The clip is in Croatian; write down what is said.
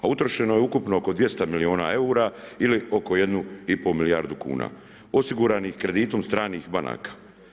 A utrošeno je ukupno oko 200 milijuna eura ili oko jednu i pol milijardu kuna osiguranih kreditom stranih banaka.